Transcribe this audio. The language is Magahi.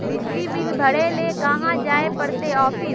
बिजली बिल भरे ले कहाँ जाय पड़ते ऑफिस?